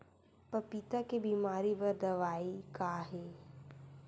पपीता के बीमारी बर दवाई का हे?